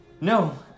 No